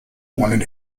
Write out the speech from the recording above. wanted